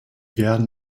werden